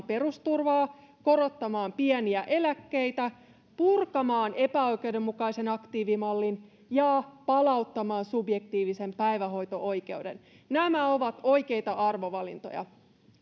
perusturvaa korottamaan pieniä eläkkeitä purkamaan epäoikeudenmukaisen aktiivimallin ja palauttamaan subjektiivisen päivähoito oikeuden nämä ovat oikeita arvovalintoja